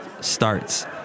starts